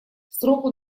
сроку